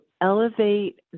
elevate